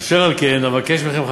אשר על כן אבקש מכם,